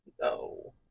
No